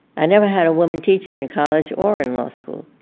i never had a woman teacher in college or in law school.